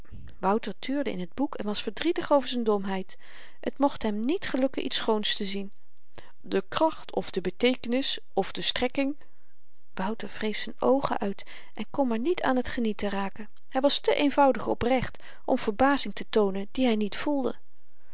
wouter tuurde in t boek en was verdrietig over z'n domheid t mocht hem niet gelukken iets schoons te zien de kracht of de beteekenis of de strekking wouter wreef z'n oogen uit en kon maar niet aan t genieten raken hy was te eenvoudig oprecht om verbazing te toonen die hy niet voelde